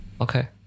Okay